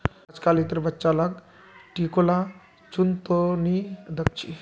अजकालितेर बच्चा लाक टिकोला चुन त नी दख छि